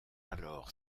alors